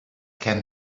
can